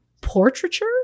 portraiture